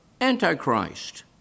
Antichrist